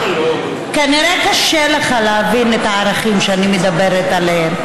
כנראה קשה לך להבין את הערכים שאני מדברת עליהם,